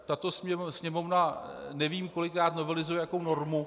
Tato Sněmovna nevím kolikrát novelizuje jakou normu.